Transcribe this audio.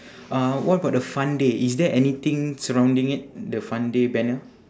uh what about the fun day is there anything surrounding it the fun day banner